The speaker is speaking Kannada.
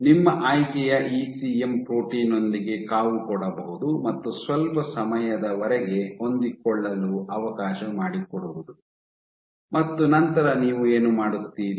ನಿಮ್ಮ ಆಯ್ಕೆಯ ಇಸಿಎಂ ಪ್ರೋಟೀನ್ ನೊಂದಿಗೆ ಕಾವುಕೊಡಬಹುದು ಮತ್ತು ಸ್ವಲ್ಪ ಸಮಯದವರೆಗೆ ಹೊಂದಿಕೊಳ್ಳಲು ಅವಕಾಶ ಮಾಡಿಕೊಡುವುದು ಮತ್ತು ನಂತರ ನೀವು ಏನು ಮಾಡುತ್ತೀರಿ